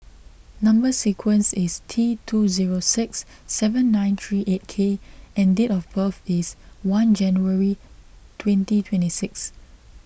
Number Sequence is T two zero six seven nine three eight K and date of birth is one January twenty twenty six